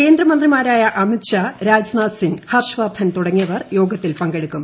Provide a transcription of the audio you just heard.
കേന്ദ്രമന്ത്രിമാരായ അമിത്ഷാ രാജ്നാഥ്സിംഗ് ഹർഷ് വർദ്ധൻ തുടങ്ങിയവർ യോഗത്തിൽ പങ്കെടുക്കും